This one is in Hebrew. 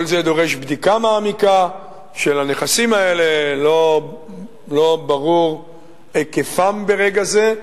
כל זה דורש בדיקה מעמיקה של הנכסים האלה שלא ברור היקפם ברגע זה.